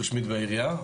בעירייה.